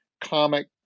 comic